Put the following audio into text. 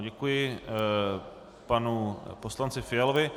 Děkuji panu poslanci Fialovi.